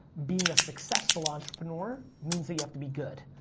being a successful entrepreneur means that you how to be good.